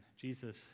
Jesus